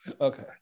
Okay